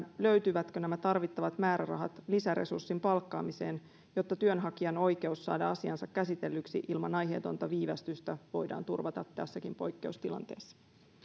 löytyvätkö nämä tarvittavat määrärahat lisäresurssin palkkaamiseen jotta työnhakijan oikeus saada asiansa käsitellyksi ilman aiheetonta viivästystä voidaan turvata tässäkin poikkeustilanteessa